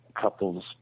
couples